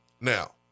Now